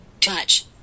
Touch